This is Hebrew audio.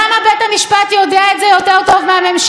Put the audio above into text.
למה בית המשפט יודע את זה יותר טוב מהממשלה?